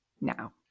now